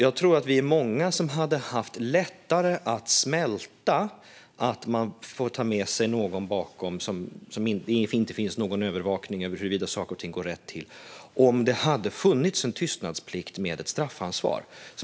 Jag tror att vi är många som hade haft lättare att smälta att man får ta med sig någon bakom avskärmningarna och det inte finns någon övervakning av om saker och ting går rätt till om det hade funnits en tystnadsplikt med ett straffansvar.